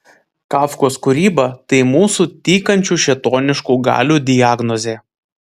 kafkos kūryba tai mūsų tykančių šėtoniškų galių diagnozė